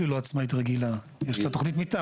אני לא חושב שצריך לתת זמן למימוש.